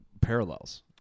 parallels